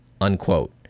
unquote